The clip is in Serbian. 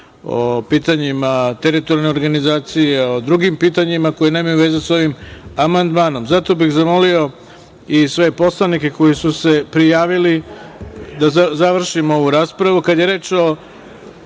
o pitanjima teritorijalne organizacije, o drugim pitanjima koja nemaju veze sa ovim amandmanom. Zato bih zamolio i sve poslanike koji su se prijavili da završimo ovu raspravu. Kad